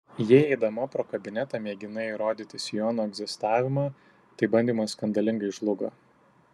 jei eidama pro kabinetą mėginai įrodyti sijono egzistavimą tai bandymas skandalingai žlugo